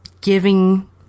giving